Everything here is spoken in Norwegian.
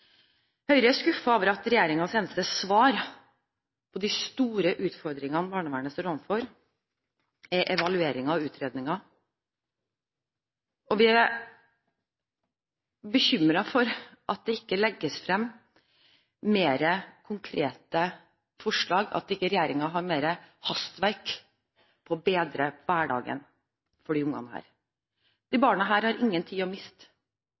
Høyre er skuffet over at regjeringens eneste svar på de store utfordringene barnevernet står overfor, er evalueringer og utredninger. Vi er bekymret over at det ikke legges frem flere konkrete forslag, at regjeringen ikke har mer hastverk for å bedre hverdagen for disse ungene. Disse barna har ingen tid å miste,